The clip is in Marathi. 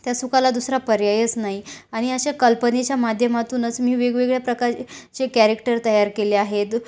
त्या सुखाला दुसरा पर्यायच नाही आणि अशा कल्पनेच्या माध्यमातूनच मी वेगवेगळ्या प्रकार चे कॅरेक्टर तयार केले आहेत